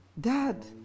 Dad